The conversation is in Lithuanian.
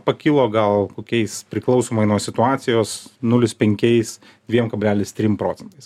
pakilo gal kokiais priklausomai nuo situacijos nulis penkiais dviem kablelis trim procentais